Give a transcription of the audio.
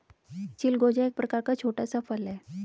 चिलगोजा एक प्रकार का छोटा सा फल है